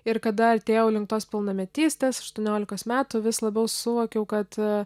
ir kada artėjau link tos pilnametystės aštuoniolikos metų vis labiau suvokiau kad